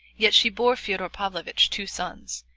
yet she bore fyodor pavlovitch two sons,